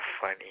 funny